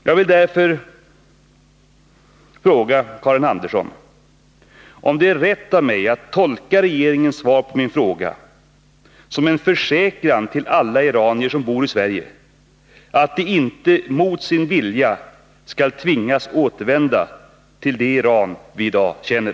Jag vill fråga Karin Andersson, om det är rätt av mig att tolka hennes svar på min fråga som en försäkran till alla iranier som bor i Sverige att de inte mot sin vilja skall tvingas återvända till det Iran vi i dag känner.